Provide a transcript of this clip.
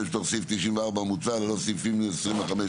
דיון בסעיפים 31-66 בתוך סעיף 94 (ללא סעיפים 32-35,